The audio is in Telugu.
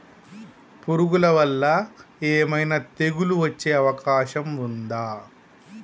పురుగుల వల్ల ఏమైనా తెగులు వచ్చే అవకాశం ఉందా?